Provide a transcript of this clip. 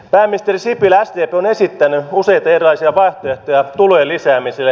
pääministeri sipilä sdp on esittänyt useita erilaisia vaihtoehtoja tulojen lisäämiselle